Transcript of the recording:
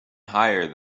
higher